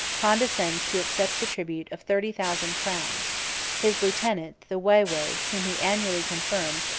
condescends to accept the tribute of thirty thousand crowns his lieutenant, the waywode, whom he annually confirms,